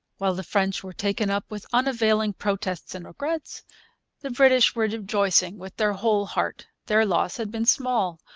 while the french were taken up with unavailing protests and regrets the british were rejoicing with their whole heart. their loss had been small.